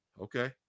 Okay